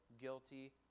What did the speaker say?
guilty